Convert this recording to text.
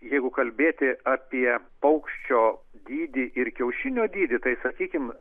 jeigu kalbėti apie paukščio dydį ir kiaušinio dydį tai sakykim